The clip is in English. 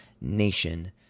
nation